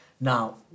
now